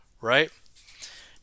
Right